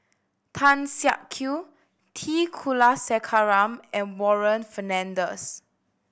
Tan Siak Kew T Kulasekaram and Warren Fernandez